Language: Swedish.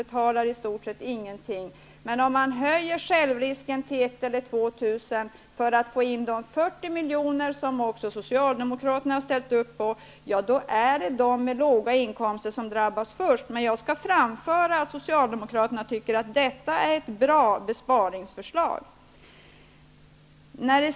betalar i stort sett ingenting, men om man höjer självrisken till 1 000 kr. eller 2 000 kr. för att få in de 40 milj.kr., som också Socialdemokraterna har ställt sig bakom, drabbas först de som har låga inkomster. Jag skall dock framföra att Socialdemokraterna anser att detta är ett bra besparingsförslag.